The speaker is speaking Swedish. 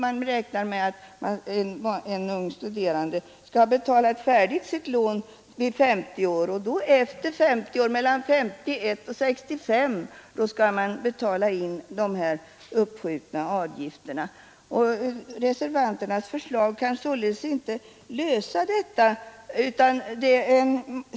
Man räknar med att lån till unga studerande skall vara återbetalade vid 50 års ålder, och mellan 51 och 65 års ålder skall man alltså betala in de uppskjutna avgifterna. Reservanternas förslag kan således inte lösa detta problem.